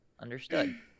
understood